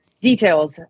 details